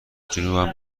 جنوبم